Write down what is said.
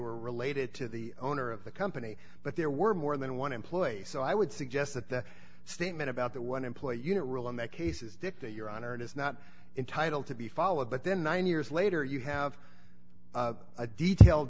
were related to the owner of the company but there were more than one employee so i would suggest that the statement about the one employee unit rule in that case is dictate your honor it is not entitle to be followed but then nine years later you have a detailed